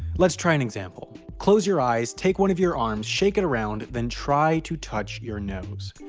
let's try an example. close your eyes, take one of your arms, shake it around, then try to touch your nose.